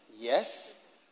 Yes